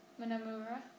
manamura